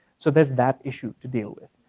so, there's that issue to deal with,